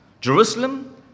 Jerusalem